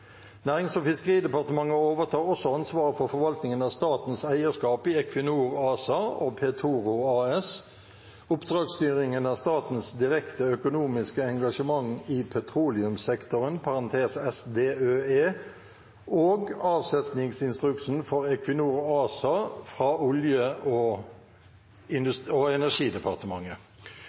Nærings- og fiskeridepartementet overtar også ansvaret for forvaltningen av statens eierskap i Equinor ASA og Petoro AS, oppdragsstyringen av Statens direkte økonomiske engasjement i petroleumssektoren og avsetningsinstruksen for Equinor ASA fra Olje- og energidepartementet. Fiskeri- og